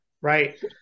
right